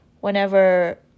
whenever